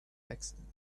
accident